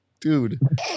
dude